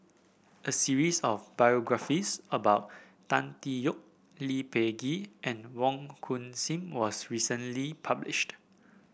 a series of biographies about Tan Tee Yoke Lee Peh Gee and Wong Hung Khim was recently published